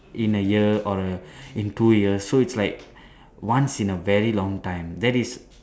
in a year or in two years so its like once in a very long time that is